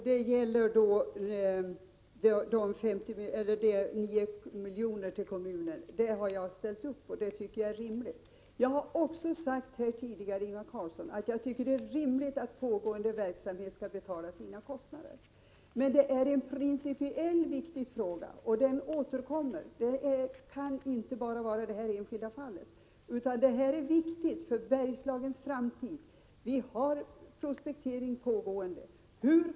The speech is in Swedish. Herr talman! Kravet på 9 miljoner till kommunen har jag ställt upp på — det tycker jag är rimligt. Jag har tidigare också sagt, Ingvar Carlsson, att jag tycker det är rimligt att pågående verksamhet betalar sina kostnader. Men skall den betala miljö kostnader också för tidigare verksamhet? Det är en fråga som är principiellt — Prot. 1985/86:66 viktig för Bergslagens framtid — den återkommer; den kan inte bara gälla det = 28 januari 1986 här enskilda fallet. Det pågår prospektering.